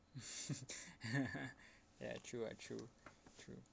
ya true ah true true